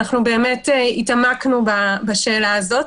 התעמקנו בשאלה הזאת,